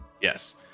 yes